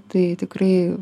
tai tikrai